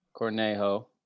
Cornejo